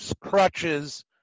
crutches